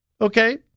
Okay